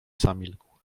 zamilkł